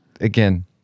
again